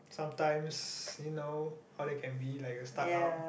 sometimes you know how they can be like a stuck up